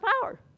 power